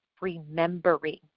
remembering